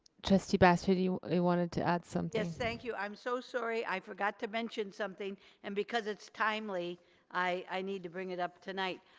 trustee baxter you wanted to add something. yes thank you, i'm so sorry. i forgot to mention something and because it's timely i need to bring it up tonight.